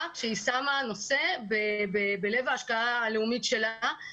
כשהיא שמה נושא בלב ההשקעה הלאומית שלה,